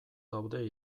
daude